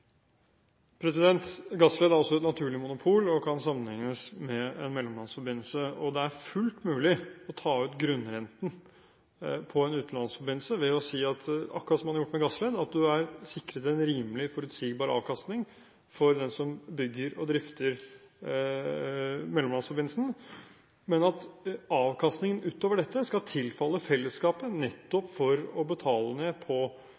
Gassled har altså et naturlig monopol og kan sammenlignes med en mellomlandsforbindelse. Det er fullt mulig å ta ut grunnrenten på en utenlandsforbindelse ved å si – akkurat som man har gjort med Gassled – at det er sikret en rimelig forutsigbar avkastning for den som bygger og drifter mellomlandsforbindelsen, men at avkastningen utover dette skal tilfalle fellesskapet, nettopp for å betale ned på